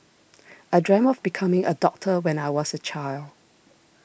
I dreamt of becoming a doctor when I was a child